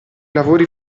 lavori